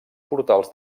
portals